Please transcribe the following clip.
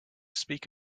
speak